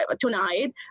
tonight